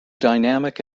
dynamic